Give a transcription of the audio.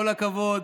כל הכבוד,